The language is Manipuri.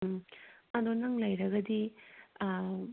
ꯎꯝ ꯑꯗꯣ ꯅꯪ ꯂꯩꯔꯒꯗꯤ